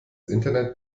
internet